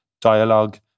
dialogue